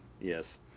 Yes